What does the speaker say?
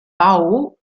bau